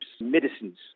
medicines